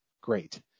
great